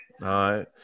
right